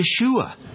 Yeshua